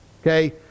Okay